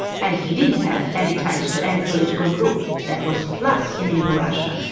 and he didn't have any ties to any political group, that was plus in the new russia.